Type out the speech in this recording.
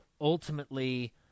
ultimately